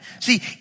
See